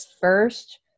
first